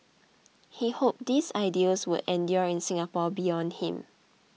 he hoped these ideals would endure in Singapore beyond him